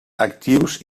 actius